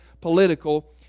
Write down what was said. political